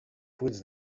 fulls